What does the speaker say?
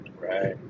right